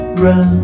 run